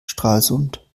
stralsund